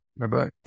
Bye-bye